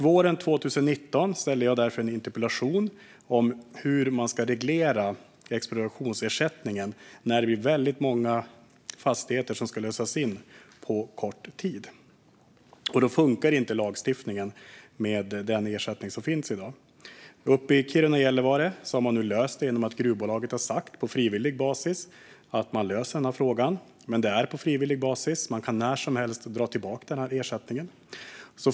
Våren 2019 ställde jag därför en interpellation om hur man ska reglera expropriationsersättningen när det är många fastigheter som ska lösas in på kort tid. Då funkar inte den lagstiftning om ersättning som finns i dag. Uppe i Kiruna och Gällivare har detta nu lösts genom att gruvbolaget på frivillig basis har sagt att man löser frågan. Men det är på frivillig basis. Man kan när som helst dra tillbaka ersättningen.